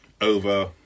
over